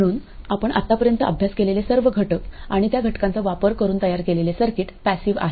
म्हणून आपण आत्तापर्यंत अभ्यास केलेले सर्व घटक आणि त्या घटकांचा वापर करून तयार केलेले सर्किट पॅसिव आहेत